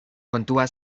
kontua